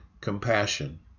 compassion